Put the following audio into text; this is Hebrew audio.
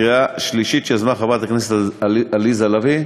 שיזמה חברת הכנסת עליזה לביא,